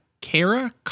Kara